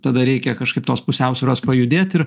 tada reikia kažkaip tos pusiausvyros pajudėt ir